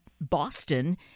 Boston